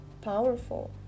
powerful